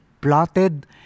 plotted